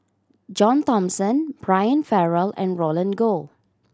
John Thomson Brian Farrell and Roland Goh